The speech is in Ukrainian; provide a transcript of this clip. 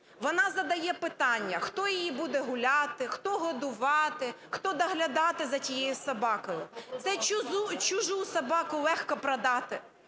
вона задає питання, хто її буде гуляти, хто годувати, хто доглядати за тією собакою. Це чужу собаку легко продати.